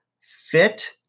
fit